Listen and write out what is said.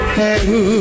hey